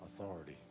authority